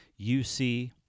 UC